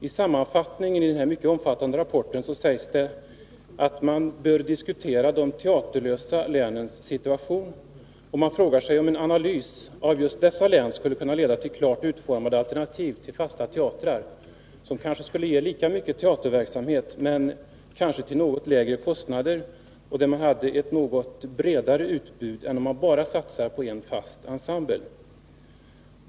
I sammanfattningen i denna mycket omfattande rapport sägs att man bör diskutera de teaterlösa länens situation, och man frågar sig om en analys av just dessa län skulle kunna leda till klart utformade alternativ till fasta teatrar, som kanske till något lägre kostnader skulle kunna ge lika mycket teaterverksamhet och ett något bredare utbud än vad som blir fallet när man bara satsar på en fast ensemble.